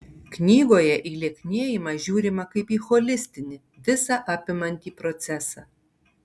knygoje į lieknėjimą žiūrima kaip į holistinį visą apimantį procesą